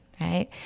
right